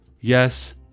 yes